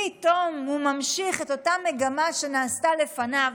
פתאום הוא ממשיך באותה מגמה שנעשתה לפניו,